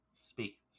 speak